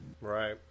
right